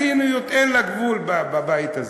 הציניות אין לה גבול בבית הזה.